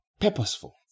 purposeful